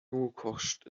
nouakchott